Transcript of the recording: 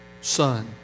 son